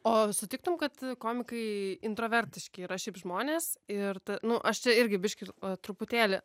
o sutiktum kad komikai intravertiški yra šiaip žmonės ir nu aš čia irgi biškį truputėlį